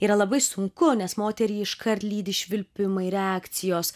yra labai sunku nes moterį iškart lydi švilpimai reakcijos